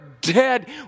dead